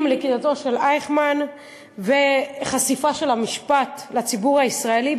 עם לכידתו של אייכמן וחשיפת המשפט לציבור הישראלי,